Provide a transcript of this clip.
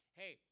hey